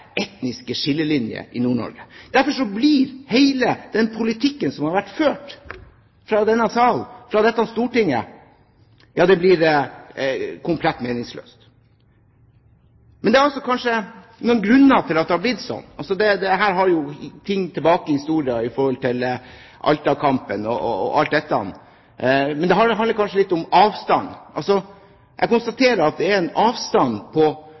etniske skillelinjer i Nord-Norge. Derfor blir hele den politikken som har vært ført fra denne salen, fra Stortinget, komplett meningsløs. Men det er kanskje noen grunner til at det har blitt slik; kanskje er det ting tilbake i historien, Alta-kampen og alt dette. Det handler kanskje litt om avstand. Jeg konstaterer at det er en avstand på